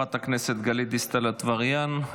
חברת הכנסת גלית דיסטל אטבריאן,